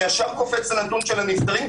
אני עובר לנתון של הנפטרים,